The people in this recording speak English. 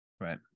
Right